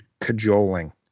cajoling